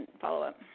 follow-up